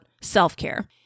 self-care